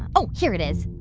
oh, here it is.